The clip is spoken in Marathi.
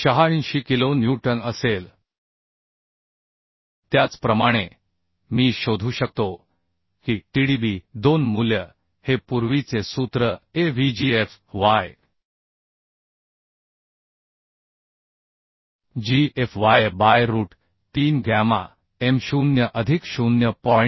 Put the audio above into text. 86 किलो न्यूटन असेल त्याचप्रमाणे मी शोधू शकतो की Tdb 2 मूल्य हे पूर्वीचे सूत्र avgfy जी fy by root 3 gamma m 0 अधिक 0